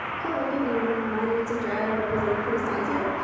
hello, good evening. my name's andrea. i'm representing for estancia.